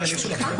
סליחה?